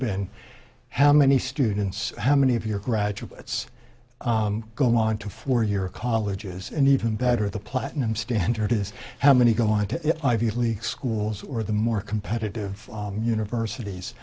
been how many students how many of your graduates go on to four year colleges and even better the platinum standard is how many go on to ivy league schools or the more competitive universities